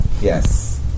Yes